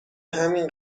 همین